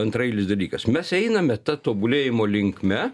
antraeilis dalykas mes einame ta tobulėjimo linkme